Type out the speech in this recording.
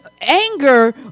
anger